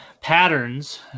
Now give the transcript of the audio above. patterns